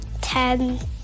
Ten